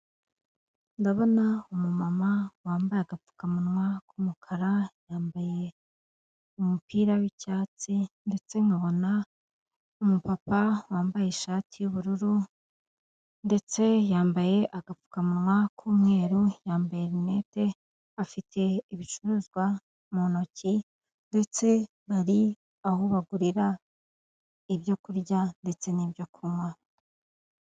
Ndabona umumama wambaye agapfukamunwa k'umukara, yambaye umupira k'icyatsi, ndetse nkabona umupapa wambaye ishati y'ubururu ndetse yambaye agapfukamunwa k'umweru yambaye rinete, afite ibicuruzwa mu ntoki, ndetse bari aho bagurira ibyo kurya ndetse n'ibyo kunywa.